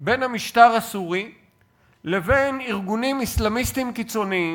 בין המשטר הסורי לבין ארגונים אסלאמיסטיים קיצוניים,